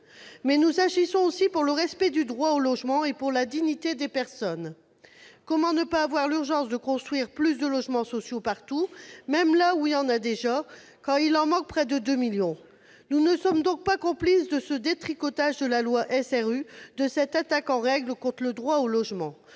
Nous agissons aussi pour le respect du droit au logement et pour la dignité des personnes. Comment ne pas voir l'urgence de construire davantage de logements sociaux partout, même là où il y en a déjà, quand il en manque près de 2 millions ? Nous ne serons pas complices de ce détricotage de la loi SRU, de cette attaque en règle contre le droit au logement.